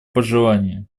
пожелание